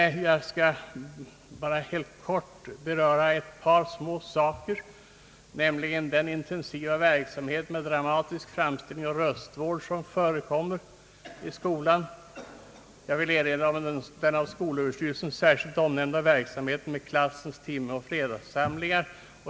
Jag skall bara helt kort beröra några små saker. För hela skolan pågår en intensiv verksamhet med dramatisk framställning och med röstvård. Jag vill även erinra om den av skolöverstyrelsen särskilt omnämnda verksamheten med klassens timme och fredagssamlingar.